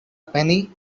penny